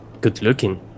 good-looking